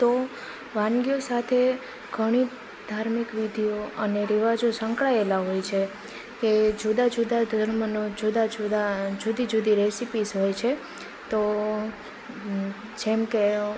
તો વાનગીઓ સાથે ઘણી ધાર્મિક વિધીઓ અને રિવાજો સંકળાયેલા હોય છે કે જુદા જુદા ધર્મનો જુદા જુદા જુદી જુદી રેસીપીસ હોય છે તો જેમ કે